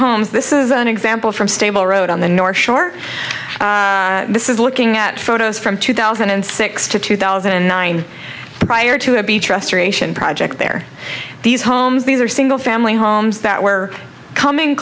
homes this is an example from stable road on the north shore this is looking at photos from two thousand and six to two thousand and nine prior to a beach restoration project there these homes these are single family homes that were coming